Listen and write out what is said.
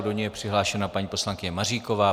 Do ní je přihlášena paní poslankyně Maříková.